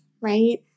right